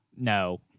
No